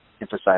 emphasize